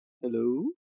Hello